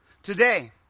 Today